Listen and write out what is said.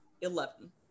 eleven